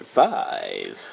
five